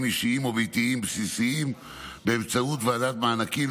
אישיים וביתיים בסיסיים באמצעות ועדת מענקים,